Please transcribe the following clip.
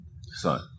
son